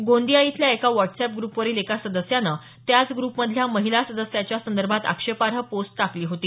गोंदिया इथल्या एका व्हॉटसऍप ग्रुपवरील एका सदस्याने त्याच ग्रुपमधल्या महिला सदस्याच्या संदर्भात आक्षेपार्ह पोस्ट टाकली होती